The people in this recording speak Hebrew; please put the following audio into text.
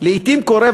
לעתים קורה,